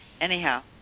anyhow